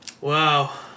Wow